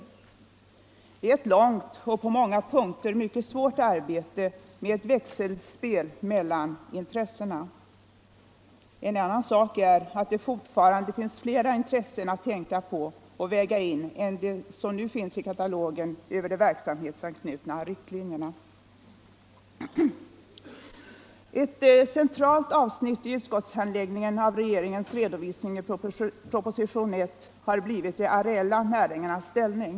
Det är ett långt och på många punkter mycket svårt arbete med ett växelspel mellan intressena. En annan sak är att det fortfarande finns flera intressen att tänka på och väga in än de som nu ingår i katalogen över de verksamhetsanknutna riktlinjerna. Ett centralt avsnitt i utskottshandläggningen av regeringens redovisning i propositonen 1 har blivit de areella näringarnas ställning.